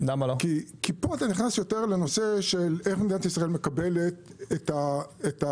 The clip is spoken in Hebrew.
כי פה אתה נכנס יותר לנושא של איך מדינת ישראל מקבלת את הפליטים